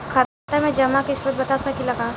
खाता में जमा के स्रोत बता सकी ला का?